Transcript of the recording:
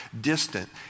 distant